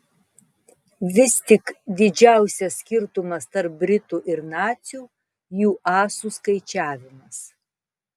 vis tik didžiausias skirtumas tarp britų ir nacių jų asų skaičiavimas